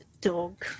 dog